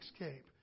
escape